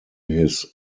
his